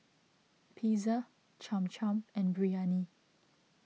Pizza Cham Cham and Biryani